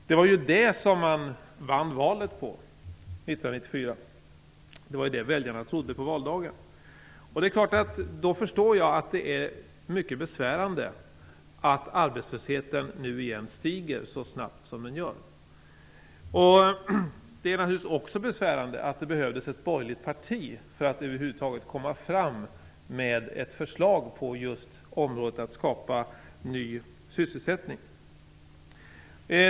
Detta vann Socialdemokraterna valet på 1994. Väljarna trodde ju på detta på valdagen. Därför förstår jag att det är mycket besvärande att arbetslösheten nu stiger så snabbt som den gör. Det är naturligtvis också besvärande att det behövdes ett borgerligt parti för att man över huvud taget skulle kunna komma fram med ett förslag för att skapa ny sysselsättning.